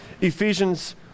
Ephesians